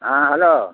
ହଁ ହ୍ୟାଲୋ